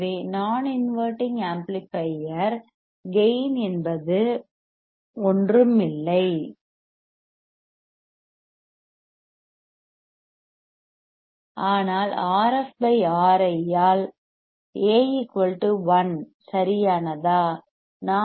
எனவே நான் inverting amplifier gain என்பது ஒன்றும் இல்லை ஆனால் Rf RI ஆல் A 1 சரியானதா